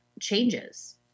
changes